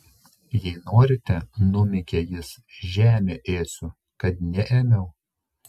jei norite numykė jis žemę ėsiu kad neėmiau